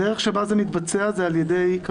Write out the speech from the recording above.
הדרך שבה זה מתבצע היא